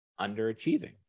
underachieving